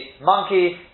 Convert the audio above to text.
monkey